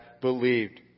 believed